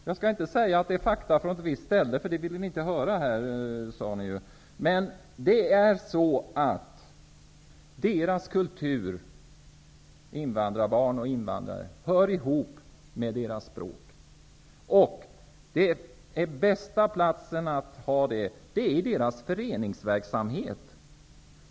Jag skall inte säga att det är fakta från ett visst ställe, för det ville ni inte höra, sade ni ju. Invandrarnas kultur hör ihop med deras språk. Bästa platsen att undervisa i hemspråk är i deras föreningsverksamhet.